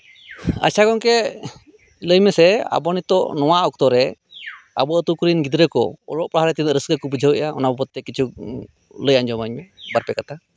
ᱟᱪᱪᱷᱟ ᱜᱚᱝᱠᱮ ᱞᱟᱹᱭᱢᱮᱥᱮ ᱟᱵᱚ ᱱᱤᱛᱚᱜ ᱱᱚᱶᱟ ᱚᱠᱛᱚ ᱨᱮ ᱟᱵᱚ ᱟᱹᱛᱩ ᱠᱚᱨᱮᱱ ᱜᱤᱫᱽᱨᱟᱹ ᱠᱚ ᱚᱞᱚᱜ ᱯᱟᱲᱦᱟᱣ ᱨᱮ ᱛᱤᱱᱟᱹᱜ ᱨᱟᱹᱥᱠᱟᱹ ᱠᱚ ᱵᱩᱡᱷᱟᱹᱣ ᱮᱫᱟ ᱚᱱᱟ ᱵᱟᱵᱚᱛ ᱛᱮ ᱠᱤᱪᱷᱩ ᱞᱟᱹᱭ ᱟᱸᱡᱚᱢᱟᱹᱧ ᱢᱮ ᱵᱟᱨᱯᱮ ᱠᱟᱛᱷᱟ